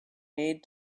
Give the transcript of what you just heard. made